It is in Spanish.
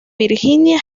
virginia